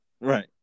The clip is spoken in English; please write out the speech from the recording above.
Right